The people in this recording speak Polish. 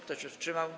Kto się wstrzymał?